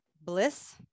bliss